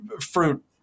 Fruit